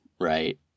right